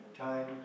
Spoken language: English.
Time